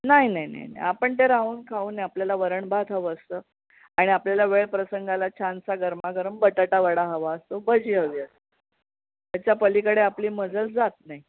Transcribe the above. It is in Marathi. नाही नाही नाही नाही आपण ते राहून खाऊन आपल्याला वरण भात हवं असतं आणि आपल्याला वेळप्रसंगाला छानसा गरमागरम बटाटावडा हवा असतो भजी हवी असतात ह्याच्यापलीकडे आपली मजल जात नाही